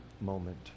moment